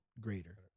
greater